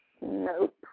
Nope